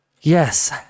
Yes